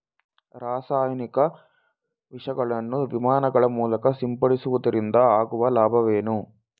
ರಾಸಾಯನಿಕ ವಿಷಗಳನ್ನು ವಿಮಾನಗಳ ಮೂಲಕ ಸಿಂಪಡಿಸುವುದರಿಂದ ಆಗುವ ಲಾಭವೇನು?